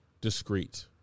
discreet